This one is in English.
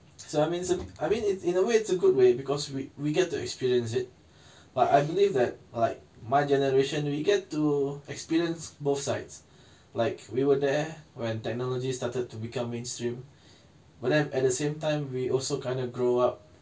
so I mean it's I mean in a way it's a good way because we we get to experience it but I believe that like my generation we get to experience both sides like we were there when technology started to become mainstream but then at the same time we also kind of grow up